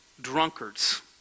drunkards